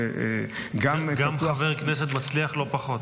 גם פתוח --- גם חבר כנסת מצליח לא פחות.